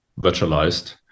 virtualized